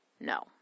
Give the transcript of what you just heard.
no